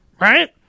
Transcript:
right